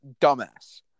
dumbass